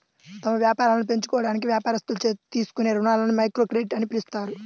తమ వ్యాపారాలను పెంచుకోవడానికి వ్యాపారస్తులు తీసుకునే రుణాలని మైక్రోక్రెడిట్ అని పిలుస్తారు